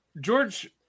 George